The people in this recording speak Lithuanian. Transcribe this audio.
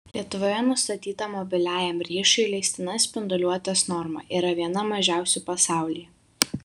lietuvoje nustatyta mobiliajam ryšiui leistina spinduliuotės norma yra viena mažiausių pasaulyje